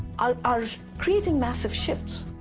are are creating massive shifts.